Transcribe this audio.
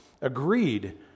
agreed